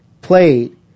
played